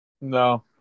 No